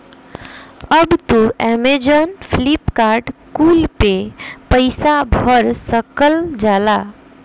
अब तू अमेजैन, फ्लिपकार्ट कुल पे पईसा भर सकल जाला